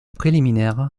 préliminaire